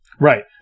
Right